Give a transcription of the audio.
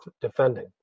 defending